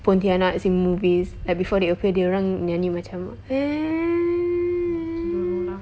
pontianaks in in movies like before they appear dia orang nyanyi macam mm